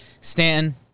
Stanton